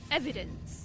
evidence